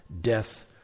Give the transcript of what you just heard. death